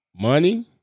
money